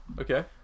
Okay